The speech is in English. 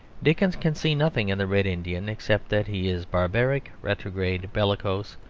dickens can see nothing in the red indian except that he is barbaric, retrograde, bellicose,